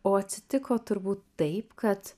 o atsitiko turbūt taip kad